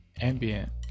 ambient